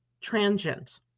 transient